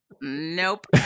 Nope